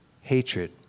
hatred